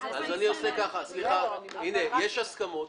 יש הסכמות